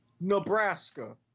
Nebraska